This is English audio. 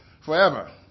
forever